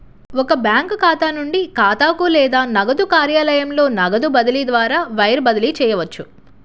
ఒక బ్యాంకు ఖాతా నుండి ఖాతాకు లేదా నగదు కార్యాలయంలో నగదు బదిలీ ద్వారా వైర్ బదిలీ చేయవచ్చు